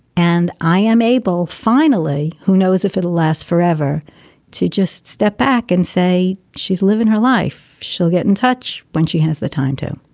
and i am able finally. who knows if it'll last forever to just step back and say she's live in her life. she'll get in touch when she has the time, too.